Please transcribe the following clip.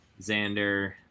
Xander